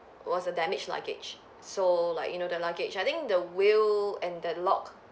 was a damaged luggage so like you know the luggage I think the wheel and the lock